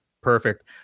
perfect